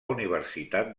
universitat